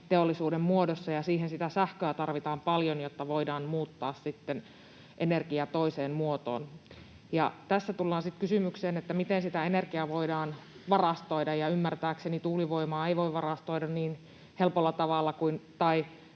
teollisuuden muodossa. Siihen sitä sähköä tarvitaan paljon, jotta voidaan muuttaa sitten energia toiseen muotoon. Tässä tullaan sitten kysymykseen, miten sitä energiaa voidaan varastoida, ja ymmärtääkseni tuulivoimaa tai aurinkoenergiaa ei voi varastoida niin helpolla tavalla, vaan